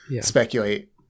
speculate